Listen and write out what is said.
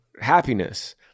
happiness